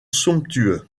somptueux